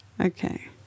Okay